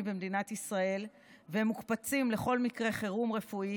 במדינת ישראל והם מוקפצים לכל מקרה חירום רפואי,